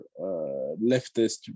leftist